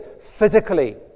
physically